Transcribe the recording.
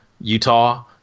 Utah